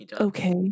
Okay